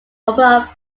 upper